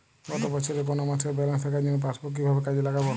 গত বছরের কোনো মাসের ব্যালেন্স দেখার জন্য পাসবুক কীভাবে কাজে লাগাব?